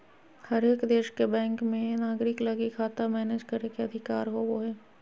हरेक देश के बैंक मे नागरिक लगी खाता मैनेज करे के अधिकार होवो हय